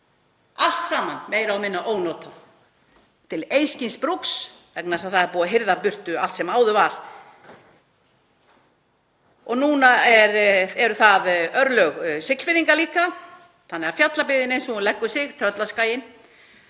allt saman, meira og minna ónotað, til einskis brúks vegna þess að það er búið að hirða burtu allt sem áður var. Núna eru það örlög Siglfirðinga líka þannig að Fjallabyggðin eins og hún leggur sig, Tröllaskagi,